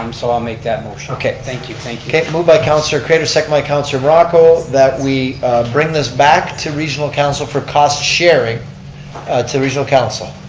um so i'll make that motion. okay. thank you, thank you. okay, moved by councilor craitor, seconded by councilor morocco that we bring this back to regional council for cost sharing to regional council.